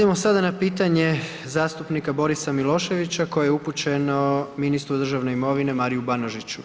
Idemo sada na pitanje zastupnika Borisa Miloševića koje je upućeno ministru državne imovine Mariju Banožiću.